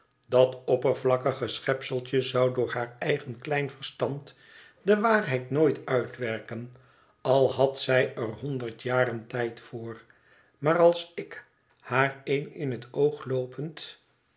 tidat oppervlakkige schepseltje zou door haar eien klein verstand de waarheid nooit uitwerken al had zij er honderd jaren tijd voor maar als ik haar een in het oog loopend